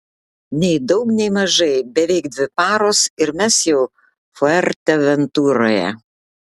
nei daug nei mažai beveik dvi paros ir mes jau fuerteventuroje